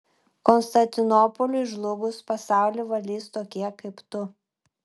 konstantinopoliui žlugus pasaulį valdys tokie kaip tu